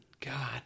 god